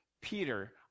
Peter